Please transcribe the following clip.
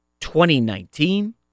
2019